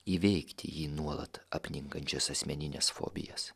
įveikti jį nuolat apninkančias asmenines fobijas